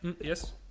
Yes